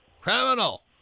criminal